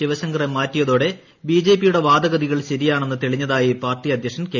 ശിവശങ്കറെ മാറ്റിയതോടെ ബിജെപിയുടെ വാദഗതികൾ ശരിയാണെന്ന് തെളിഞ്ഞതായി പാർട്ടി സംസ്ഥാന അദ്ധ്യക്ഷൻ കെ